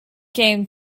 game